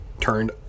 turned